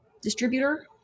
distributor